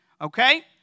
Okay